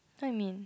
what you mean